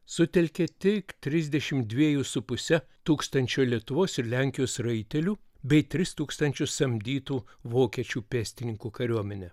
sutelkė tik trisdešim dviejų su puse tūkstančio lietuvos ir lenkijos raitelių bei tris tūkstančius samdytų vokiečių pėstininkų kariuomenę